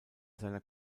seiner